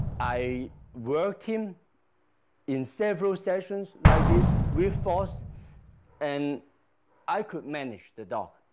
i worked him in several sessions like this with force and i could manage the dog.